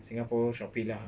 singapore shopee lah